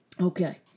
Okay